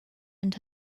and